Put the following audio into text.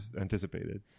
anticipated